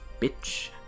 Bitch